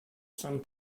some